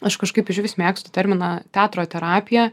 aš kažkaip išvis mėgstu terminą teatro terapija